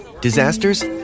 Disasters